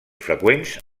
freqüents